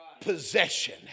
possession